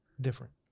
different